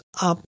up